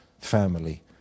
family